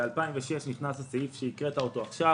ב-2006 נכנס הסעיף שהקראת עכשיו,